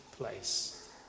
place